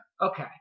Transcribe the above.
Okay